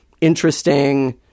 interesting